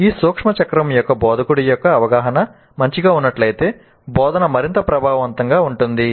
ఈ సూక్ష్మ చక్రం యొక్క బోధకుడి యొక్క అవగాహన మంచిగా ఉన్నట్లయితే బోధన మరింత ప్రభావవంతంగా ఉంటుంది